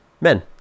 Men